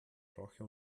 rache